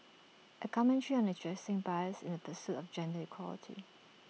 A commentary on addressing bias in the pursuit of gender equality